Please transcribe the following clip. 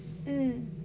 mm